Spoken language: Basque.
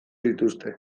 dituzte